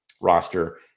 roster